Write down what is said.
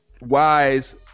wise